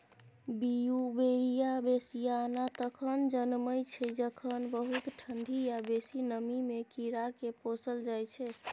Beauveria bassiana तखन जनमय छै जखन बहुत ठंढी या बेसी नमीमे कीड़ाकेँ पोसल जाइ छै